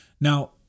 Now